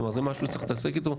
כלומר זה משהו שצריך להתעסק איתו.